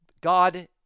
God